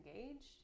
engaged